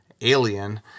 Alien